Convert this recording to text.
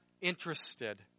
interested